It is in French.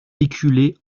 éculées